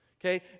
Okay